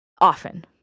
often